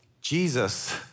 Jesus